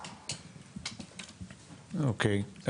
אוקיי.